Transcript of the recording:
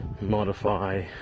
modify